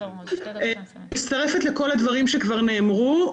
אני מצטרפת לכל הדברים שכבר נאמרו,